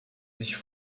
sich